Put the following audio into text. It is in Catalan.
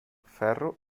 ferro